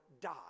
die